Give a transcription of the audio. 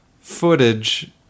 footage